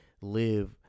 live